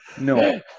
no